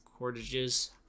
cordages